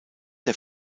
der